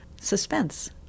suspense